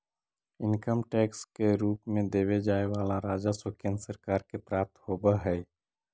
income tax के रूप में देवे जाए वाला राजस्व केंद्र सरकार के प्राप्त होव हई